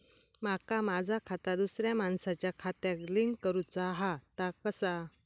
माका माझा खाता दुसऱ्या मानसाच्या खात्याक लिंक करूचा हा ता कसा?